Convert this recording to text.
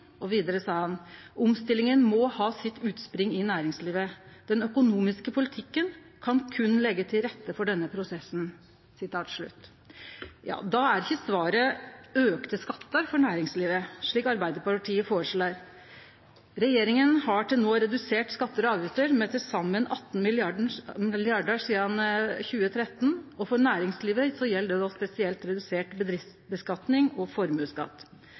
Og vidare sa han: «Omstillingene må ha sitt utspring i næringslivet. Den økonomiske politikken kan kun legge til rette for denne prosessen.» Då er ikkje svaret auka skatter for næringslivet, slik Arbeidarpartiet føreslår. Regjeringa har sidan 2013 redusert skattar og avgifter med til saman 18 mrd. kr, og for næringslivet gjeld det spesielt redusert bedriftsskattlegging og formuesskatt.